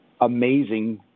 amazing